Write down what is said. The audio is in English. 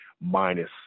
minus